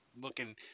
looking –